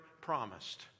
promised